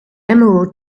emerald